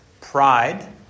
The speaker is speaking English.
pride